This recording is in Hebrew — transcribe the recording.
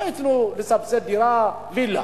לא ייתנו לסבסד וילה,